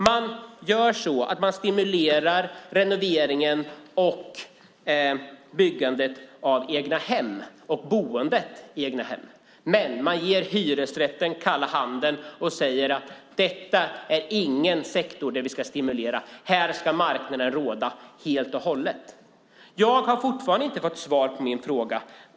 Man stimulerar renoveringen och byggandet av egnahem och boendet i egnahem, men ger hyresrätten kalla handen och säger att detta inte är någon sektor där man ska stimulera; här ska marknaden råda helt och hållet. Jag har fortfarande inte fått svar på min fråga.